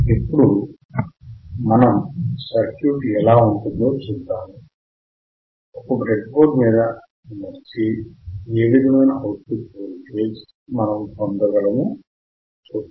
ఇప్పుడు మనము సర్క్యూట్ ఎలా ఉంటుందో చూద్దాము ఒక బ్రెడ్ బోర్డు మీద అమర్చి ఏ విధమైన అవుట్ పుట్ వోల్టేజ్ మనము పొందగాలమో చూద్దాము